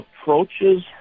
approaches